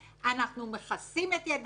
אנחנו מכסים את ידינו,